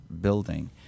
building